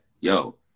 yo